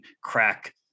crack